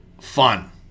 Fun